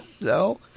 No